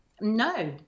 no